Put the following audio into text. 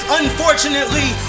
unfortunately